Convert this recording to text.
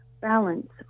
balance